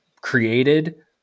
created